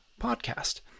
podcast